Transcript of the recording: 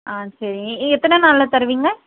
ஆ சரி எத்தனை நாளில் தருவீங்க